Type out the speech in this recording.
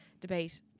debate